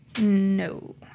No